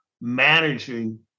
managing